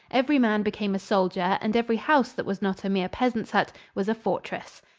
every man became a soldier and every house that was not a mere peasant's hut was a fortress.